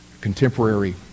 contemporary